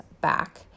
back